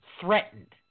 threatened